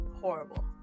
horrible